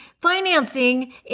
financing